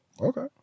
Okay